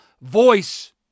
voice